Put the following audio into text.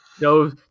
No